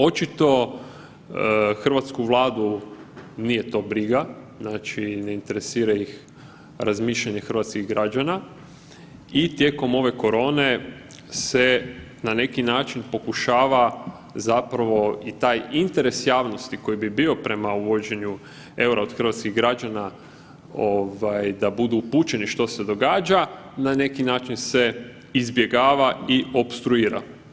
Očito hrvatsku Vladu nije to briga, znači ne interesira ih razmišljanje hrvatskih građana i tijekom ove korone se na neki način pokušava zapravo i taj interes javnosti koji bi bio prema uvođenju EUR-a od hrvatskih građana ovaj da budu upućeni što se događa, na neki način se izbjegava i opstruira.